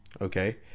Okay